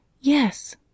Yes